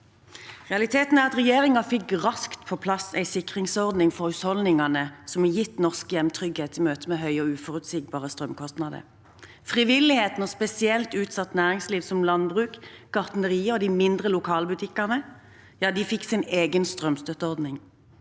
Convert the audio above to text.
Realiteten er at regjeringen raskt fikk på plass en sikringsordning for husholdningene som har gitt norske hjem trygghet i møte med høye og uforutsigbare strømkostnader. Frivilligheten og spesielt utsatt næringsliv, som landbruk, gartnerier og de mindre lokalbutikkene, fikk sin egen strømstøtteordning,